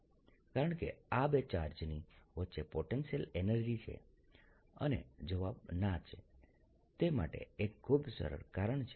કારણ કે આ બે ચાર્જની વચ્ચે પોટેન્શિયલ એનર્જી છે અને જવાબ ના છે તે માટે એક ખૂબ સરળ કારણ છે